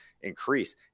increase